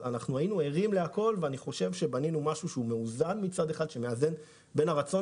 היינו ערים להכול ואני חושב שבנינו משהו שמאזן בין הרצון